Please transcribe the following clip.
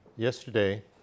Yesterday